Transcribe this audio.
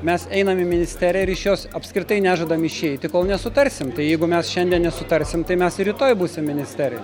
mes einam į ministeriją ir iš jos apskritai nežadam išeiti kol nesutarsim tai jeigu mes šiandien nesutarsim tai mes ir rytoj būsim ministerijoj